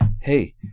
hey